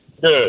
Good